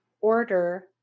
order